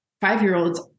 five-year-olds